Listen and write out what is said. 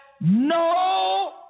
no